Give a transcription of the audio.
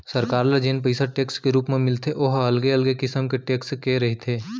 सरकार ल जेन पइसा टेक्स के रुप म मिलथे ओ ह अलगे अलगे किसम के टेक्स के रहिथे